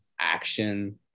action